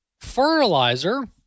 fertilizer